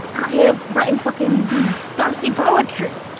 have brian fucking dusty poetry.